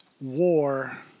war